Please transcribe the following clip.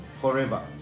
forever